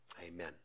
amen